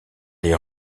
les